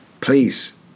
please